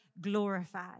glorified